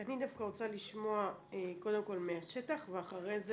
אני דווקא רוצה לשמוע קודם כול מהשטח ואחרי זה